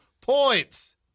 points